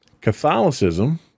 Catholicism